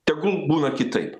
tegul būna kitaip